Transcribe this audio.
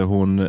Hon